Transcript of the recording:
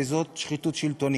וזה שחיתות שלטונית.